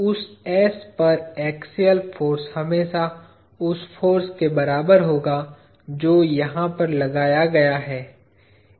उस s पर axial force हमेशा उस फाॅर्स के बराबर होगा जो यहाँ पर लगाया गया है